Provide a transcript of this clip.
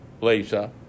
Lisa